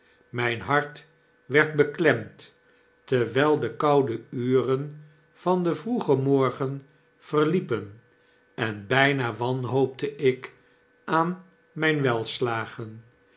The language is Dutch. myn hart werd beklemd terwijl de koude uren van den vroegen morgen verliepen en byna wanhoopte ik aan mijn